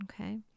Okay